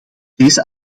deze